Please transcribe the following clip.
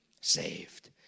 saved